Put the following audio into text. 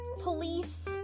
police